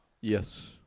Yes